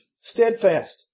steadfast